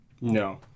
No